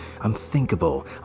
unthinkable